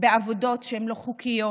בעבודות שהן לא חוקיות.